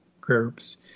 groups